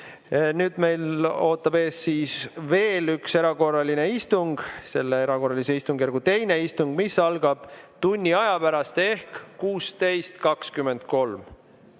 meil ootab ees veel üks erakorraline istung, selle erakorralise istungjärgu teine istung, mis algab tunni aja pärast ehk 16.23.